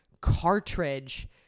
cartridge